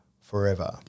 forever